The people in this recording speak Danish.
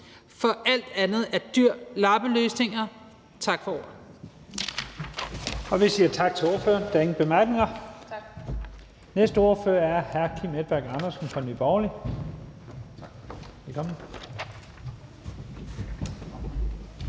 for alt andet er dyre lappeløsninger. Tak for ordet.